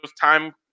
time